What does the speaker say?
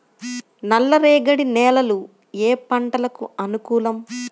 నల్లరేగడి నేలలు ఏ పంటలకు అనుకూలం?